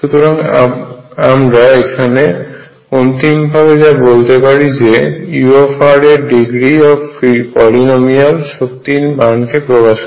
সুতরাং আমরা এখানে অন্তিম ভাবে যা বলতে পারি যে u এর ডিগ্রি ওফ পলিনোমিয়াল শক্তির মানকে প্রকাশ করে